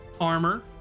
armor